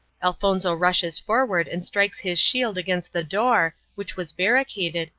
elfonzo rushes forward and strikes his shield against the door, which was barricaded,